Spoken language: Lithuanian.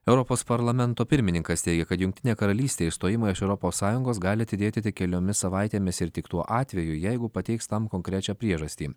europos parlamento pirmininkas teigia kad jungtinė karalystė išstojimo iš europos sąjungos gali atidėti keliomis savaitėmis ir tik tuo atveju jeigu pateiks tam konkrečią priežastį